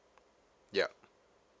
yup